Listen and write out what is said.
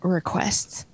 requests